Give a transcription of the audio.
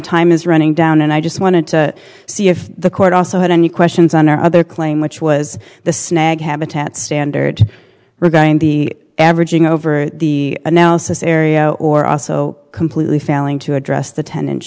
time is running down and i just wanted to see if the court also had any questions on our other claim which was the snag habitat standard we're going to be averaging over the analysis area or also completely failing to address the ten inch